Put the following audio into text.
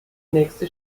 nächste